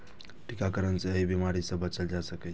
टीकाकरण सं एहि बीमारी सं बचल जा सकै छै